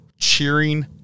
Cheering